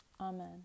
Amen